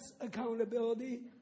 accountability